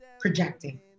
projecting